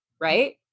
right